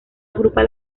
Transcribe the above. agrupa